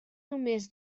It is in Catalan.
només